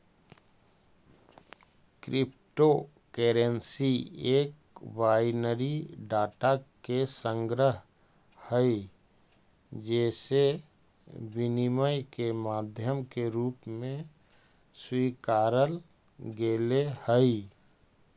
crypto currency एक binary data के संग्रह हइ जेसे विनिमय के माध्यम के रूप में स्वीकारल गेले हइ